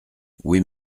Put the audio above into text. oui